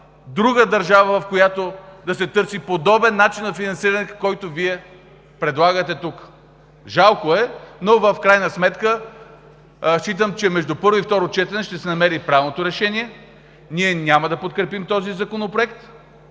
друга държава, в която да се търси подобен начин на финансиране, който Вие предлагате тук. Жалко е, но в крайна сметка считам, че между първо и второ четене ще се намери правилното решение. Ние няма да подкрепим този законопроект,